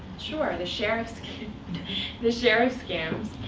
sure, the sheriff so the sheriff scams.